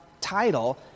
title